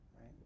right